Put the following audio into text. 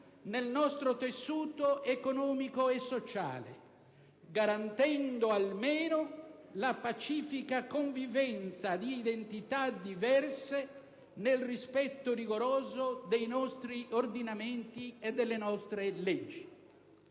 nel nostro tessuto economico e sociale, garantendo almeno la pacifica convivenza di identità diverse nel rispetto rigoroso dei nostri ordinamenti e delle nostre leggi.